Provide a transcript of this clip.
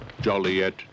Joliet